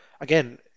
again